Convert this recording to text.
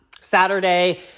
Saturday